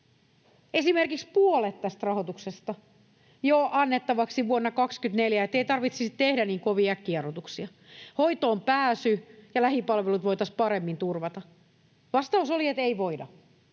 esimerkiksi puolet tästä rahoituksesta, annettavaksi jo vuonna 24, että ei tarvitsisi tehdä niin kovia äkkijarrutuksia. Hoitoon pääsy ja lähipalvelut voitaisiin paremmin turvata. Vastaus oli, että ei voida.